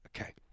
okay